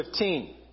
15